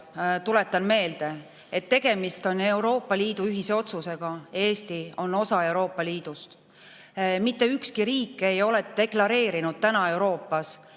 tuletan meelde, et tegemist on Euroopa Liidu ühise otsusega. Eesti on osa Euroopa Liidust. Mitte ükski Euroopa riik ei ole deklareerinud, kust